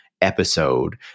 Episode